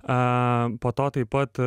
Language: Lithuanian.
a po to taip pat